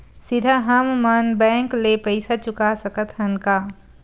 सीधा हम मन बैंक ले पईसा चुका सकत हन का?